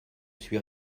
suis